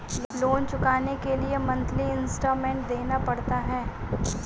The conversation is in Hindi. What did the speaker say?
लोन चुकाने के लिए मंथली इन्सटॉलमेंट देना पड़ता है